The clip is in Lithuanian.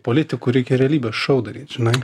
politikų reikia realybės šou daryt žinai